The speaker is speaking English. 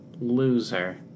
Loser